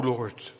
Lord